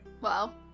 Wow